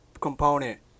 component